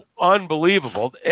unbelievable